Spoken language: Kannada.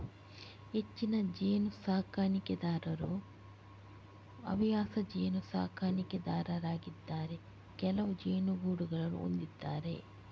ಹೆಚ್ಚಿನ ಜೇನು ಸಾಕಣೆದಾರರು ಹವ್ಯಾಸ ಜೇನು ಸಾಕಣೆದಾರರಾಗಿದ್ದಾರೆ ಕೆಲವೇ ಜೇನುಗೂಡುಗಳನ್ನು ಹೊಂದಿದ್ದಾರೆ